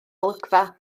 olygfa